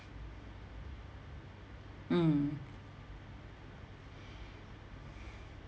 mm